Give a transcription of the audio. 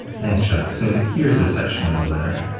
thanks, chuck. so, here's the section of the letter,